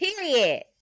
Period